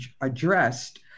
addressed